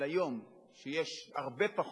אבל היום יש הרבה פחות,